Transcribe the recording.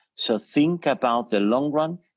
so think about the long-run,